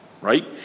right